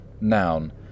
Noun